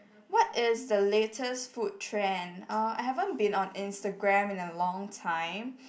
what is the latest food trend uh I haven't been on Instagram in a long time